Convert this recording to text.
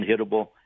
unhittable